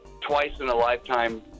twice-in-a-lifetime